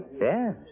Yes